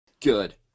Good